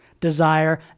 desire